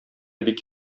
бик